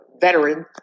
veteran